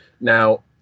Now